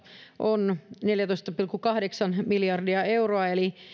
on neljätoista pilkku kahdeksan miljardia euroa eli